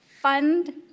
fund